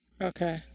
Okay